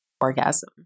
orgasm